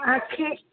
आँखें